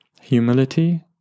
Humility